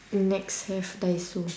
nex have daiso